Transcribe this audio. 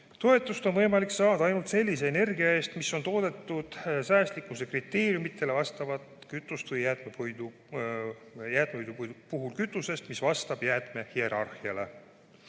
Toetust on võimalik saada ainult sellise energia eest, mis on toodetud säästlikkuse kriteeriumitele vastavast kütusest või jäätmepuidu puhul kütusest, mis vastab jäätmehierarhiale.